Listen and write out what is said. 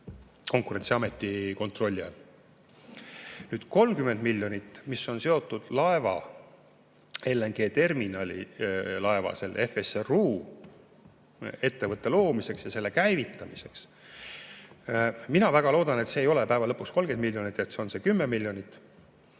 Konkurentsiameti kontrolli all. Nüüd, 30 miljonit, mis on seotud LNG-terminali laeva, selle FSRU ettevõtte loomiseks ja käivitamiseks. Mina väga loodan, et see ei ole lõpuks 30 miljonit, vaid on 10 miljonit.